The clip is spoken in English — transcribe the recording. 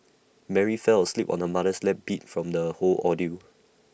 Mary fell asleep on her mother's lap beat from the whole ordeal